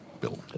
Bill